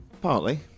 Partly